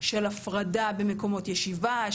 של הפרדה במקומות ישיבה,